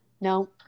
No